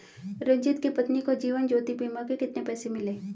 रंजित की पत्नी को जीवन ज्योति बीमा के कितने पैसे मिले?